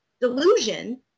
delusion